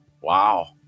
Wow